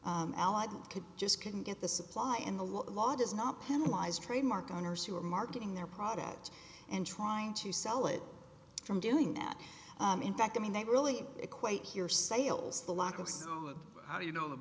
allied could just couldn't get the supply and the law does not penalize trademark owners who are marketing their product and trying to sell it from doing that in fact i mean they really equate here sales the lack of